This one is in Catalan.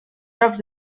jocs